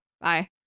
bye